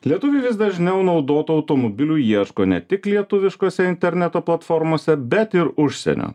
lietuviai vis dažniau naudotų automobilių ieško ne tik lietuviškose interneto platformose bet ir užsienio